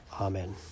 Amen